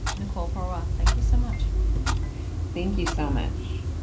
nicole paul roth thank you so much thank you so much